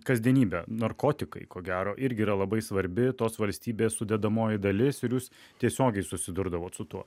kasdienybę narkotikai ko gero irgi yra labai svarbi tos valstybės sudedamoji dalis ir jūs tiesiogiai susidurdavot su tuo